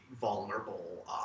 vulnerable